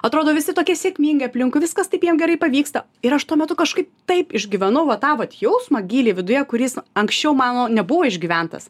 atrodo visi tokie sėkmingi aplinkui viskas taip jiem gerai pavyksta ir aš tuo metu kažkaip taip išgyvenau va tą vat jausmą giliai viduje kuris anksčiau mano nebuvo išgyventas